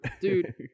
dude